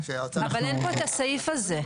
אבל אין פה את הסעיף הזה.